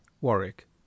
Warwick